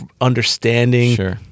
understanding